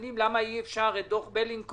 למה אי אפשר ליישם את דוח בלינקוב